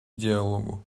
диалогу